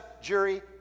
jury